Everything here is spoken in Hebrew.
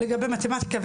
לגבי מתמטיקה,